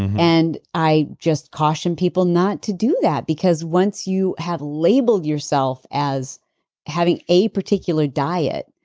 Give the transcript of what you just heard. and i just caution people not to do that because once you have labeled yourself as having a particular diet,